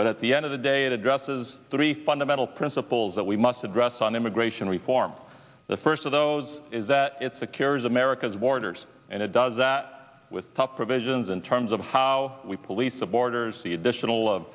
but at the end of the day it addresses three fundamental principles that we must address on immigration reform the first of those is that it's a carer's america's borders and it does that with tough provisions in terms of how we put lisa borders the additional